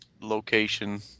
location